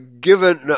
given